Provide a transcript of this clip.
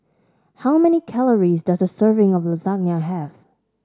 how many calories does a serving of Lasagne have